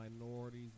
minorities